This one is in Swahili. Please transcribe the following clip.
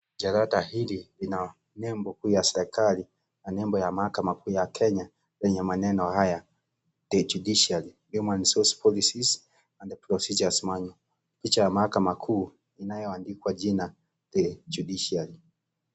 Jalada hili ina nembo kuu ya serikali na nembo ya mahakama kuu ya Kenya lenye maneno haya the judiciary human resource policies and procedures . Picha ya mahakama huu inayoandikwa jina the Judiciary.